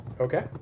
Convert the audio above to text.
Okay